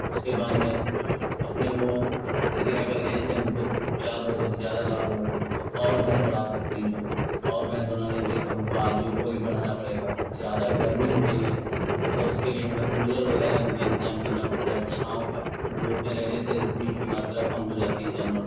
उसके बाद में अपने वह प्रक्रिया करके जैसे हमको चार भैँसों से ज़्यादा लाभ हुआ तो और भैँस बढ़ा सकते हैं और भैँस बढ़ाने के लिए तो हमको आदमियों को भी बढ़ाना पड़ेगा ज़्यादा गरमी हो रही है तो उसके लिए हमें कूलर वग़ैरह उनका इन्तजाम करना पड़ता है छाँव का धूप में रहने से दूध की मात्रा कम हो जाती है जानवरों में